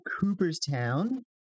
Cooperstown